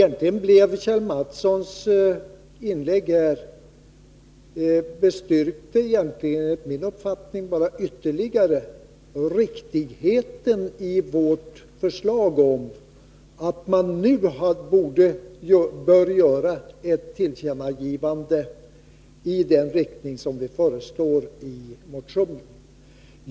Enligt min uppfattning bestyrkte Kjell Mattssons inlägg bara ytterligare riktigheten i att man nu bör göra ett tillkännagivande i den riktning som vi föreslår i motionen.